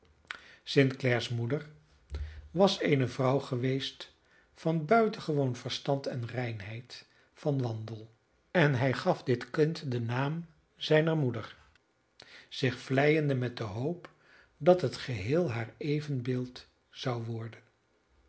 st clare's moeder was eene vrouw geweest van buitengewoon verstand en reinheid van wandel en hij gaf dit kind den naam zijner moeder zich vleiende met de hoop dat het geheel haar evenbeeld zou worden